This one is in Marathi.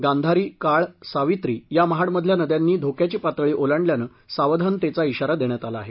गांधारी काळ सावित्री या महाङमधल्या नदयांनी धोक्याची पातळी ओलांडल्यानं सावधानतेचा इशारा देण्यात आला आहे